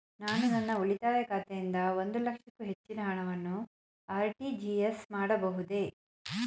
ನಾನು ನನ್ನ ಉಳಿತಾಯ ಖಾತೆಯಿಂದ ಒಂದು ಲಕ್ಷಕ್ಕೂ ಹೆಚ್ಚಿನ ಹಣವನ್ನು ಆರ್.ಟಿ.ಜಿ.ಎಸ್ ಮಾಡಬಹುದೇ?